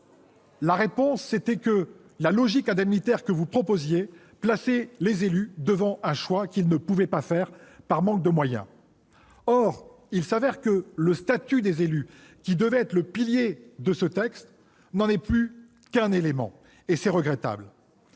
le texte initial, la logique indemnitaire que vous proposiez plaçait les élus devant un choix qu'ils ne pouvaient pas faire par manque de moyens. Il s'avère que le statut des élus, qui devait être le pilier de ce texte, n'en est plus qu'un élément, et c'est regrettable.